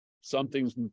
something's